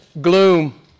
Gloom